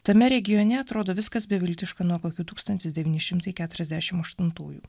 tame regione atrodo viskas beviltiška nuo kokių tūkstantis devyni šimtai keturiasdešim aštuntųjų